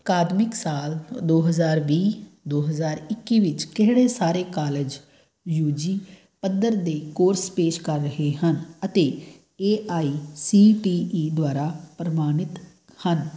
ਅਕਾਦਮਿਕ ਸਾਲ ਦੋ ਹਜ਼ਾਰ ਵੀਹ ਦੋ ਹਜ਼ਾਰ ਇੱਕੀ ਵਿੱਚ ਕਿਹੜੇ ਸਾਰੇ ਕਾਲਜ ਯੂ ਜੀ ਪੱਧਰ ਦੇ ਕੋਰਸ ਪੇਸ਼ ਕਰ ਰਹੇ ਹਨ ਅਤੇ A I C T E ਦੁਆਰਾ ਪ੍ਰਵਾਨਿਤ ਹਨ